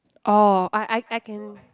oh I I I can